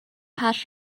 patch